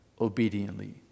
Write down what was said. obediently